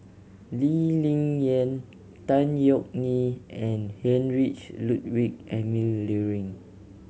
Lee Ling Yen Tan Yeok Nee and Heinrich Ludwig Emil Luering